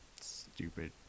stupid